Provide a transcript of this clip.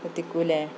എത്തിക്കില്ലേ